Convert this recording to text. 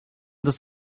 does